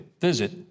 Visit